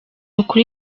ukuri